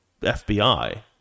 FBI